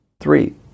Three